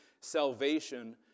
salvation